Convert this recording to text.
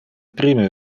prime